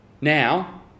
Now